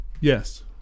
Yes